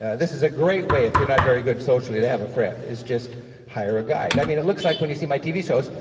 this is a great way, if you're not very good socially, to have a friend, is just hire a guide. i mean it looks like, when you see my tv shows,